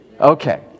Okay